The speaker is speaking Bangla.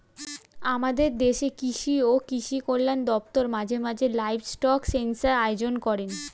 আমাদের দেশের কৃষি ও কৃষি কল্যাণ দপ্তর মাঝে মাঝে লাইভস্টক সেন্সাস আয়োজন করেন